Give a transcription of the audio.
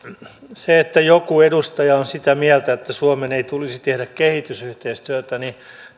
jos joku edustaja on sitä mieltä että suomen ei tulisi tehdä kehitysyhteistyötä niin